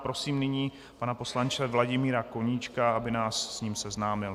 Prosím nyní pana poslance Vladimíra Koníčka, aby nás s ním seznámil.